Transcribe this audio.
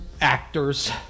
actors